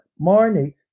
Marnie